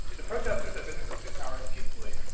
the protesters had been there for six hours, peacefully.